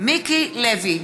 מיקי לוי,